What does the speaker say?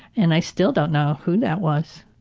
and i still don't know who that was.